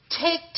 Take